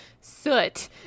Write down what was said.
soot